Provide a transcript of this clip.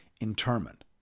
interment